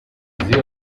zio